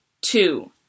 Two